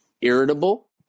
irritable